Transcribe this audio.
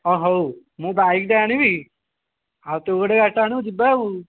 ହଁ ହଉ ମୁଁ ବାଇକ୍ଟେ ଆଣିବି ଆଉ ତୁ ଗୋଟେ ଗାଡ଼ିଟେ ଆଣିବୁ ଯିବା ଆଉ